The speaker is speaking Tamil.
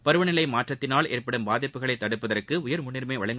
பருவநிலை மாற்றத்தினால் ஏற்படும் பாதிப்புக்களை தடுப்பதற்கு உயர் முன்னுரிமை அளிக்க